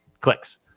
clicks